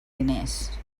diners